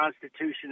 Constitution